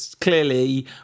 clearly